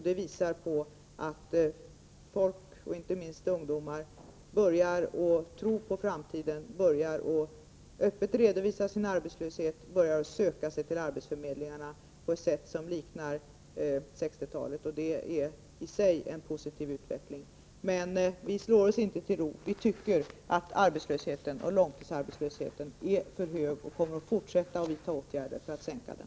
Det visar på att människor, inte minst ungdomar, börjar att tro på framtiden. De börjar öppet redovisa sin arbetslöshet och söka sig till arbetsförmedlingarna på ett sätt som liknar förhållandena på 1960-talet. Det är i sig en positiv utveckling. Men vi slår oss inte till ro. Vi tycker att arbetslösheten — även långtidsarbetslösheten — är för hög, och vi kommer att fortsätta att vidta åtgärder för att minska den.